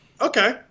Okay